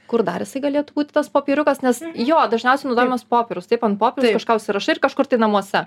kur dar jisai galėtų būti tas popieriukas nes jo dažniausiai naudojamas popierius taip ant popieriaus kažką užsirašai ir kažkur tai namuose